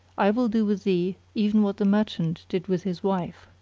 i will do with thee even what the merchant did with his wife.